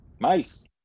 Nice